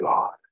God